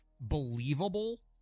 believable